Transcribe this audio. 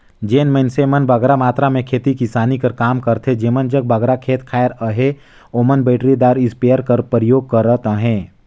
जेन मइनसे मन बगरा मातरा में खेती किसानी कर काम करथे जेमन जग बगरा खेत खाएर अहे ओमन बइटरीदार इस्पेयर कर परयोग करत अहें